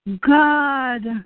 God